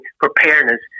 preparedness